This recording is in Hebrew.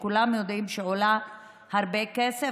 שכולם יודעים שעולה הרבה כסף,